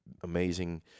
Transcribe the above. amazing